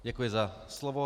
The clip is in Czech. Děkuji za slovo.